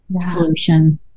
solution